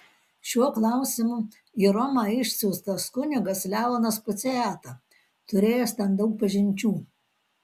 šiuo klausimu į romą išsiųstas kunigas leonas puciata turėjęs ten daug pažinčių